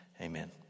amen